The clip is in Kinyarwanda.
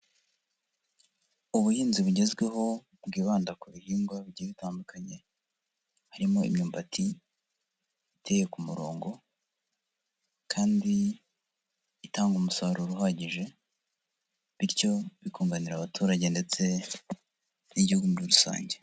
Ubuhinzi bugezweho, bwibanda ku bihingwa bigiye bitandukanye, harimo imyumbati iteye ku murongo kandi itanga umusaruro uhagije bityo bikunganira abaturage ndetse n'igihugu muri rusange.